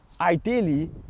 ideally